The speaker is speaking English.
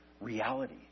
reality